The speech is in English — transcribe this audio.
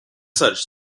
such